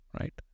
right